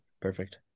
Perfect